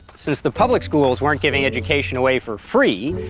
since the public schools weren't giving education away for free,